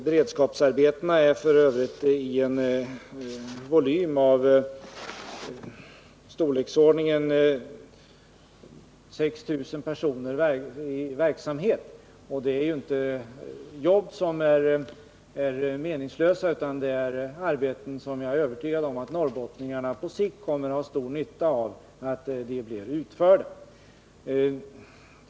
Beredskapsarbetena är f. ö. av den volymen att 6 000 personer deltar i sådan verksamhet. Detta är ju inte heller några jobb som är meningslösa, utan det är arbeten som jag är övertygad om att norrbottningarna även på sikt kommer att ha stor nytta av att få utförda.